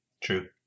true